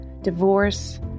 divorce